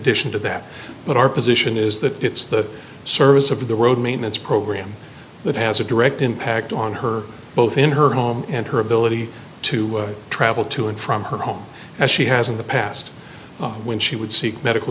addition to that but our position is that it's the service of the road maintenance program that has a direct impact on her both in her home and her ability to travel to and from her home as she has in the past when she would seek medical